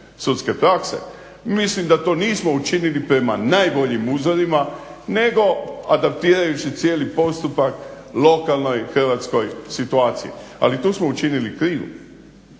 sudske prakse mislim da to nismo učinili prema najboljim uzorima nego adaptirajući cijeli postupak lokalnoj hrvatskoj situaciji. Ali tu smo učinili krivo.